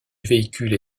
véhicule